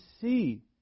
see